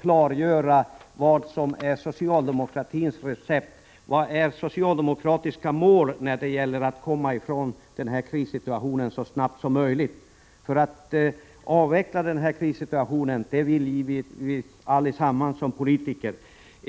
klargöra vad som är socialdemokratins recept när det gäller att komma ifrån denna krissituation så snabbt som möjligt — för avhjälpa krissituationen vill vi alla som politiker.